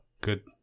good